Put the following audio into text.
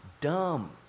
dumb